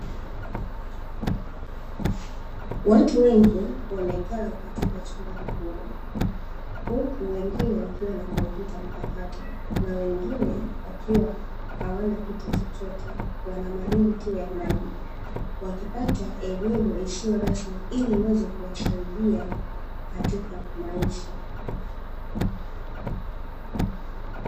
Watu wengi wamekaa katika chumba kikubwa, huku wengine wakiwa na kompyuta mpakato na wengine wakiwa hawana kitu chochote wana madumu tuu ya maji wakipata elimu isiyo rasmi ili iweze kuwasaidia katika maisha.